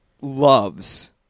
loves